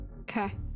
Okay